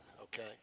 okay